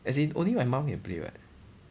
as in only my mum can play [what]